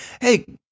Hey